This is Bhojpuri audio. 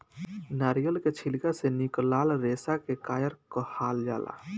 नारियल के छिलका से निकलाल रेसा के कायर कहाल जाला